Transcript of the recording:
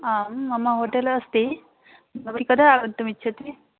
आं मम होटेल् अस्ति भवती कदा आगन्तुमिच्छति